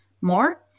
more